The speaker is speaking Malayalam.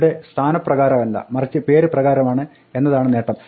ഇവിടെ സ്ഥാനപ്രകാരമല്ല മറിച്ച് പേര് പ്രകാരമാണ് എന്നതാണ് നേട്ടം